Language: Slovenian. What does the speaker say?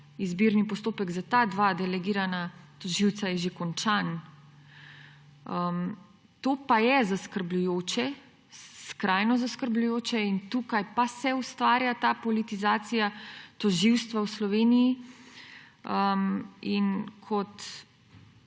Izbirni postopek za ta dva delegirana tožilca je že končan, to pa je zaskrbljujoče, skrajno zaskrbljujoče. In tukaj pa se ustvarja ta politizacija tožilstva v Sloveniji in kot